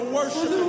worship